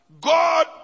god